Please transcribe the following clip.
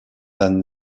than